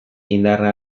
indarra